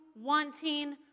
wanting